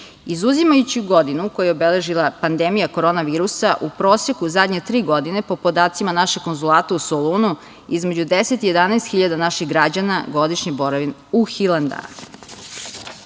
više. Izuzimajući godinu koju je obeležila pandemija korona virusa, u proseku, zadnje tri godine, po podacima našeg konzulata u Solunu, između 10 i 11 hiljada naših građana godišnje boravi u Hilandaru. Na